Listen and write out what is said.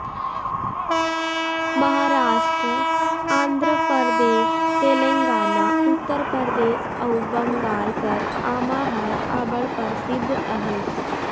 महारास्ट, आंध्र परदेस, तेलंगाना, उत्तर परदेस अउ बंगाल कर आमा हर अब्बड़ परसिद्ध अहे